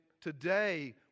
today